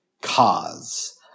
cause